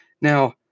Now